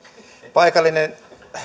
paikallinen